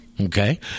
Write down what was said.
Okay